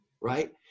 right